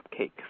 Cupcake